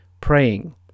praying